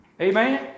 Amen